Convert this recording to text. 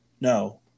no